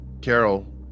Carol